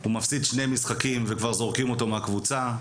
הוא מפסיד שני משחקים וכבר זורקים אותו מהקבוצה.